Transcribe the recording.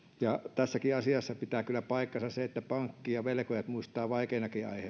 tässäkin asiassa pitää kyllä paikkansa se että pankki ja velkojat muistavat vaikeinakin